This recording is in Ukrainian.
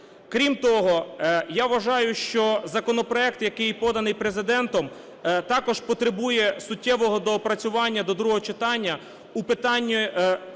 Крім того, я вважаю, що законопроект, який поданий Президентом також потребує суттєвого доопрацювання до другого читання у питанні